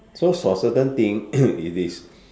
so for certain thing if it's